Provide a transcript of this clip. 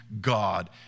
God